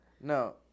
No